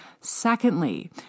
Secondly